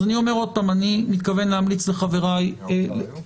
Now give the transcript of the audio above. היו נציגי האוצר?